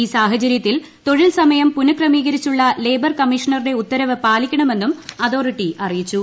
ഈ സാഹചര്യത്തിൽ തൊഴിൽ സമയം പുനഃക്രമീകരിച്ചുള്ള ലേബർ കമ്മീഷണറുടെ ഉത്തരവ് പാലിക്കണമെന്നും അതോറിട്ടി അറിയിച്ചു